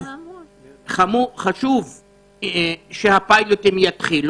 חשוב שהפיילוט יתחיל